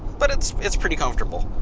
but it's it's pretty comfortable.